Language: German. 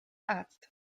arzt